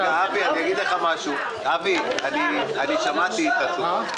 אבי, אני שמעתי את התשובה.